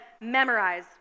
memorize